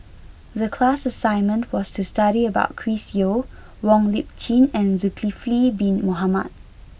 the class assignment was to study about Chris Yeo Wong Lip Chin and Zulkifli bin Mohamed